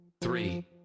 three